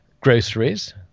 groceries